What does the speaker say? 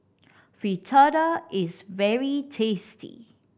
Fritada is very tasty